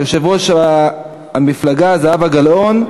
יושבת-ראש המפלגה זהבה גלאון,